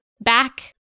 back